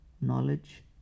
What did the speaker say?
knowledge